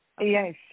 Yes